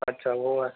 اچھا وہ ہے